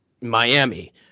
miami